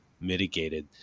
mitigated